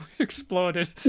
exploded